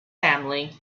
family